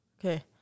Okay